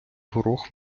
горох